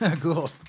Cool